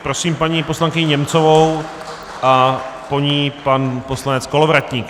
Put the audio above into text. Prosím paní poslankyni Němcovou, po ní pan poslanec Kolovratník.